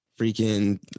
freaking